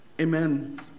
Amen